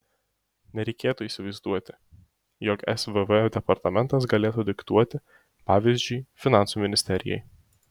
nereikėtų įsivaizduoti jog svv departamentas galėtų diktuoti pavyzdžiui finansų ministerijai